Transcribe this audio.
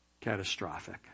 catastrophic